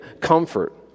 comfort